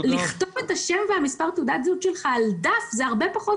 לכתוב את השם ואת מס' תעודת הזהות שלך על דף זה הרבה פחות